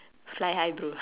fly high bro